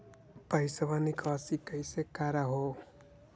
पैसवा निकासी कैसे कर हो?